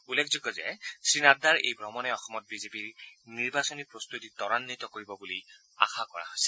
উল্লেখযোগ্য যে শ্ৰীানড্ডাৰ এই ভ্ৰমণে অসমত বিজেপিৰ নিৰ্বাচনী প্ৰস্তুতি ত্বৰান্বিত কৰিব বুলি আশা কৰা হৈছে